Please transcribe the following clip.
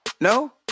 No